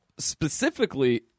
specifically